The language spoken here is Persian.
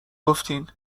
گفتین